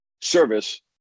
service